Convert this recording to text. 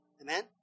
amen